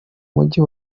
mujyi